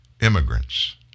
immigrants